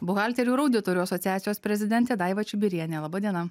buhalterių ir auditorių asociacijos prezidentė daiva čibirienė labadiena